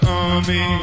army